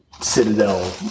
Citadel